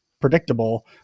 predictable